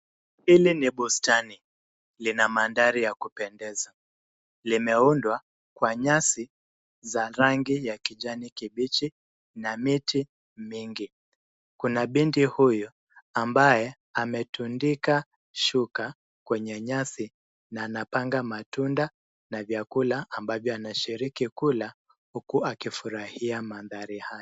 Hili ni bustani. Lina mandhari ya kupendeza. Limeundwa kwa nyasi za rangi ya kijani kibibichi na miti mingi. Kuna binti huyu ambaye ametundika shuka kwenye nyasi na anapanga matunda na vyakula ambavyo anashiriki kula, huku akifurahia mandhari hayo.